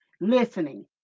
listening